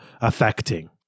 affecting